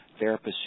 therapists